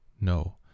No